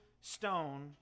stone